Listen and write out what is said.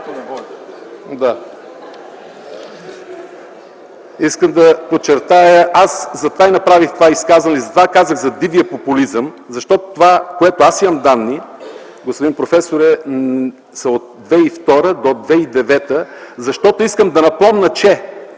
Искам да подчертая, затова направих това изказване, затова казах за дивия популизъм, защото това, за което имам данни, господин професор, е от 2002 до 2009 г. Искам да напомня, че